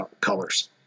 colors